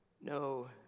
No